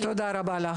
תודה רבה.